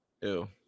Ew